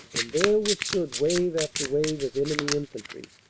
and there withstood wave after wave of enemy infantry,